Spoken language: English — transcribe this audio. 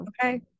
okay